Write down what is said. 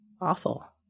awful